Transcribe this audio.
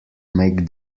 make